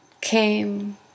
came